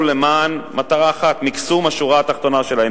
למען מטרה אחת: מקסום השורה התחתונה שלהם,